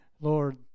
Lord